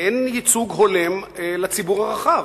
אין ייצוג הולם לציבור הרחב,